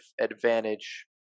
advantage